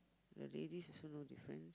the ladies also no difference